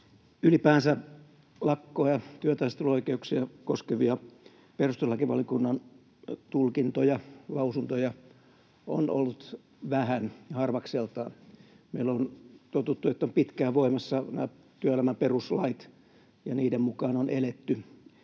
Ylipäänsä lakkoja, työtaisteluoikeuksia koskevia perustuslakivaliokunnan tulkintoja, lausuntoja on ollut vähän ja harvakseltaan. Meillä on totuttu siihen, että nämä työelämän peruslait ovat pitkään voimassa, ja niiden mukaan on eletty.